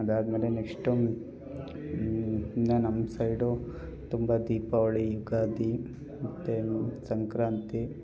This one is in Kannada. ಅದಾದ್ಮೇಲೆ ನೆಕ್ಸ್ಟು ಇನ್ನೂ ನಮ್ಮ ಸೈಡು ತುಂಬ ದೀಪಾವಳಿ ಯುಗಾದಿ ಮತ್ತು ಸಂಕ್ರಾಂತಿ